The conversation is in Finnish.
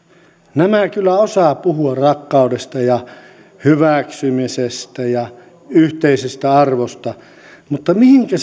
nämä kyllä osaavat puhua rakkaudesta ja hyväksymisestä ja yhteisistä arvoista mutta mihinkä